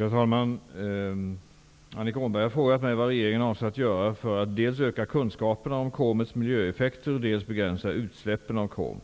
Herr talman! Annika Åhnberg har frågat mig vad regeringen avser att göra för att dels öka kunskaperna om kromets miljöeffekter, dels begränsa utsläppen av krom.